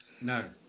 No